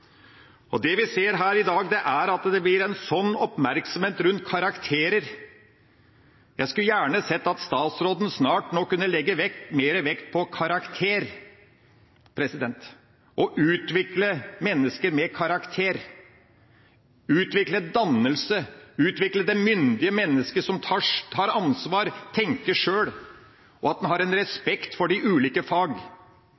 Det vi ser her i dag, er at det blir en sånn oppmerksomhet rundt karakterer. Jeg skulle gjerne sett at statsråden nå snart kunne legge mer vekt på karakter – på å utvikle mennesker med karakter, utvikle dannelse, utvikle det myndige mennesket som tar ansvar, tenker sjøl – og at en har respekt for de ulike fag.